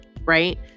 Right